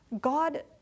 God